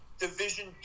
Division